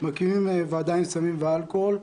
מקימים ועדה בעניין סמים ואלכוהול.